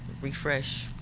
Refresh